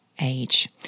age